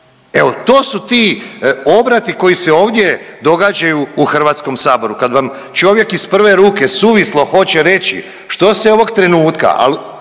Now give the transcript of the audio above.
Evo, to su ti obrati koji se ovdje događaju u Hrvatskom saboru. Kad vam čovjek iz prve ruke suvislo hoće reći što se ovog trenutka,